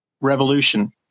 revolution